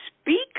speak